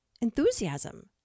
enthusiasm